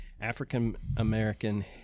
African-American